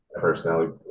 Personality